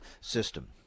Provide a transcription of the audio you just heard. system